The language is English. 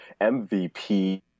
MVP